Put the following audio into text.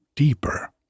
deeper